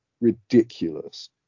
ridiculous